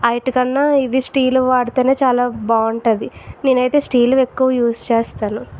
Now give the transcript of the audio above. వాటి కన్నా స్టీల్ వాడితేనే చాల బాగుంటుంది నేను అయితే స్టీల్ ఎక్కువ యూజ్ చేస్తాను